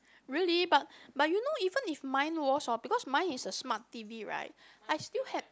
really but but you know even if mine was[hor] because mine is a smart T_V right I still have